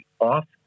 off